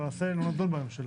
אבל למעשה לא נכון בממשלה.